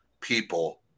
people